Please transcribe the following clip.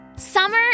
Summer